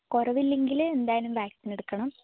കുറവില്ലെങ്കിൽ എന്തായാലും വാക്സിനെടുക്കണം